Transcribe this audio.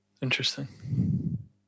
Interesting